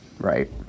right